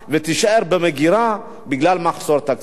והיא תישאר במגירה בגלל מחסור תקציבי.